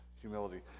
Humility